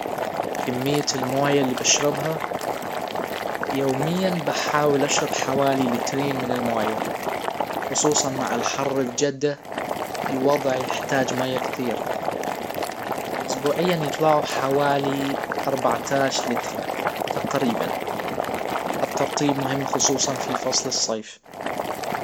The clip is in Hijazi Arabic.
كمية الموية اللي بشربها يوميا بحاول اشرب حوالي لترين من الموية خصوصا مع الحر بجده الوضع يحتاج ميه كثير اسبوعيا يطلعوا حوالي اربعة عشر لتر تقريبا الترطيب مهم خصوصا في فصل الصيف